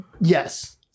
Yes